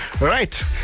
right